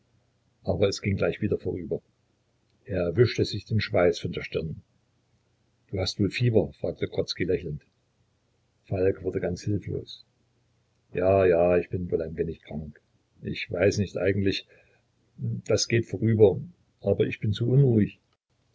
aber es ging gleich wieder vorüber er wischte sich den schweiß von der stirn du hast wohl fieber fragte grodzki lächelnd falk wurde ganz hilflos ja ja ich bin wohl ein wenig krank ich weiß nicht eigentlich das geht vorüber aber ich bin so unruhig